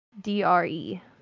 d-r-e